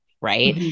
Right